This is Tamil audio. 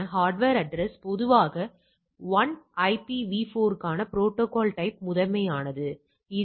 எனவே அளவுகளில் நிறைய வித்தியாசங்கள் இருப்பதை நாம் காண்கிறோம்